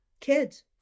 kids